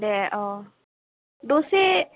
दे अह दसे